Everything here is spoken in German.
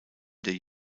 der